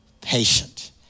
patient